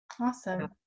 awesome